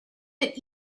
that